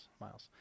miles